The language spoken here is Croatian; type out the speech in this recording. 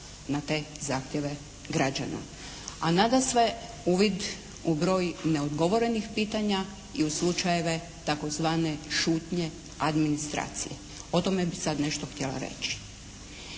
na te zahtjeve građana, a nadasve uvid u broj neodgovorenih pitanja i u slučajeve tzv. šutnje administracije. O tome bih sada nešto htjela reći.